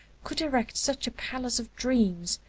could erect such a palace of dreams,